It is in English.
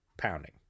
Pounding